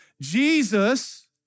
Jesus